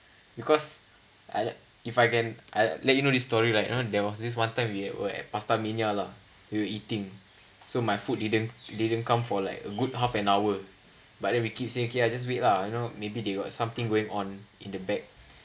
because I let if I can I let you know this story right there was this one time we were at pastamania lah we were eating so my food didn't didn't come for like a good half an hour but then we keep say okay lah just wait lah you know maybe they got something going on in the back